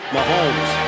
Mahomes